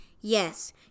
Yes